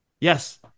Yes